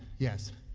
yes.